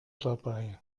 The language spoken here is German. dabei